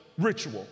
ritual